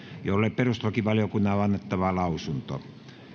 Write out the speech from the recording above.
jolle perustuslakivaliokunnan on on annettava lausunto